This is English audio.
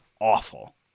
awful